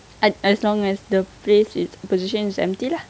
as as long as the place is position is empty lah